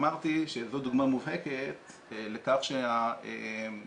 אמרתי שזו דוגמה מובהקת לכך שמשתמשים